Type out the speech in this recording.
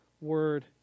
word